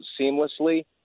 seamlessly